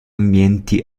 ambienti